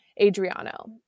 Adriano